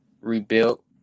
rebuilt